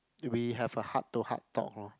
we have a heart to heart talk lor